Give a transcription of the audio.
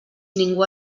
ningú